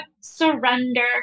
surrender